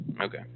Okay